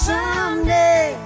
Someday